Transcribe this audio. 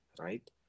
right